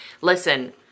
listen